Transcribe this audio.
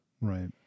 Right